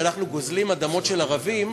שאנחנו גוזלים אדמות של ערבים,